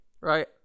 right